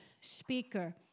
speaker